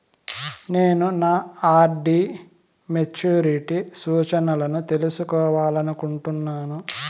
నేను నా RD maturity సూచనలను తెలుసుకోవాలనుకుంటున్నాను